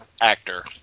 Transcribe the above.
actor